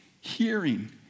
Hearing